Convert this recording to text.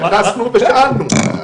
התייחסנו ושאלנו.